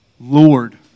Lord